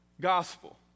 gospel